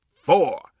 four